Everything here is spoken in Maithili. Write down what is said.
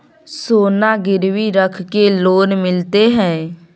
सोना गिरवी रख के लोन मिलते है?